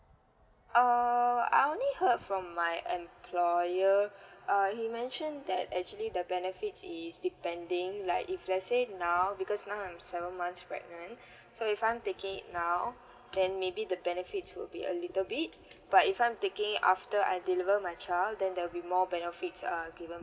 err I only heard from my employer uh he mentioned that actually the benefit is depending like if let's say now because now I'm seven months pregnant so if I'm taking it now then maybe the benefits will be a little bit but if I'm taking it after I deliver my child then there will be more benefits are given